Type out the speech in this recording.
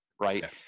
right